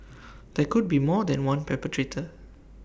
there could be more than one perpetrator